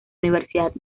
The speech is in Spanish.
universidad